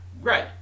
right